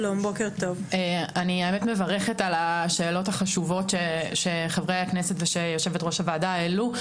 אני מברכת על השאלות החשובות שחברי הכנסת ויושבת ראש הוועדה מעלים.